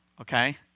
okay